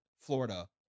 Florida